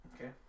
Okay